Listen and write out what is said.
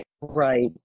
right